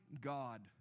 God